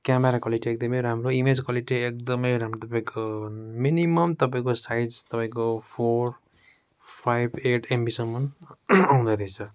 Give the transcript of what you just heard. camera quality एकदमै राम्रो image quality एकदमै राम्रो तपाईँको मिनिमम तपाईँको साइज तपाईँको फोर फाइभ एट एमबीसम्म आउँदोरहेछ